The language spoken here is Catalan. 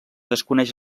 desconeix